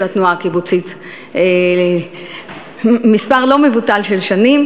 התנועה הקיבוצית מספר לא מבוטל של שנים,